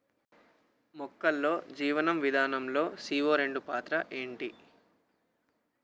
మొక్కల్లో జీవనం విధానం లో సీ.ఓ రెండు పాత్ర ఏంటి?